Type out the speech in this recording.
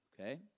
Okay